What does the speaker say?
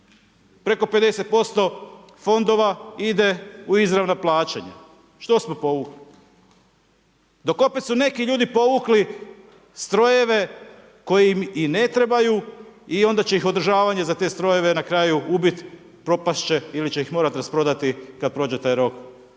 Preko 50% fondova ide u izravna plaćanja. Što smo povukli? Dok opet su neki ljudi povukli strojeve koji im i ne trebaju i onda će ih održavanje za te strojeve na kraju ubit, propast će ili će ih morati rasprodati kad prođe taj rok